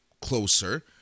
closer